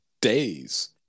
days